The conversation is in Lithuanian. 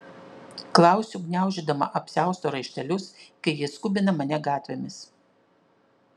klausiu gniaužydama apsiausto raištelius kai jis skubina mane gatvėmis